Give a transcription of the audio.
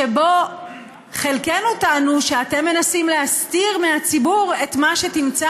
שבו חלקנו טענו שאתם מנסים להסתיר מהציבור את מה שתמצא